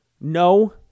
No